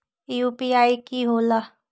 UPI कि होला?